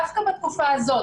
דווקא בתקופה הזאת,